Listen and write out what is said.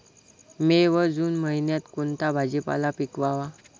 मे व जून महिन्यात कोणता भाजीपाला पिकवावा?